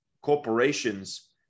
Corporations